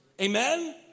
Amen